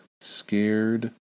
scared